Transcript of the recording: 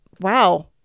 Wow